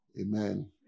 Amen